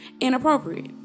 Inappropriate